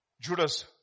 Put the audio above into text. Judas